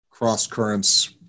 cross-currents